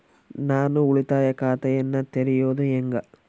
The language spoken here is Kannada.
ನಾನು ಉಳಿತಾಯ ಖಾತೆಯನ್ನ ತೆರೆಯೋದು ಹೆಂಗ?